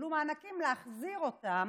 שקיבלו מענקים ביקשו להחזיר אותם,